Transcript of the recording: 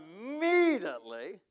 immediately